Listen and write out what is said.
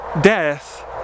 death